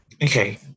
Okay